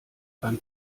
beim